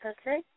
Okay